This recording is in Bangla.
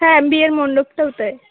হ্যাঁ বিয়ের মণ্ডপটাও তাই